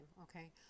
Okay